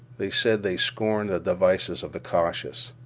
they said they scorned the devices of the cautious.